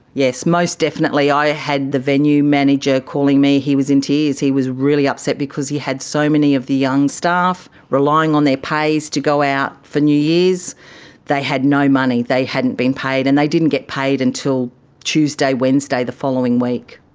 yes, most definitely. i had the venue manager calling me, he was in tears, he was really upset because he had so many of the young staff relying on their pays to go out for new year's and they had no money, they hadn't been paid and they didn't get paid until tuesday, wednesday the following week.